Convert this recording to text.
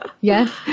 yes